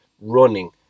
running